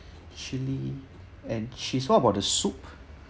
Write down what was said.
chili and cheese what about the soup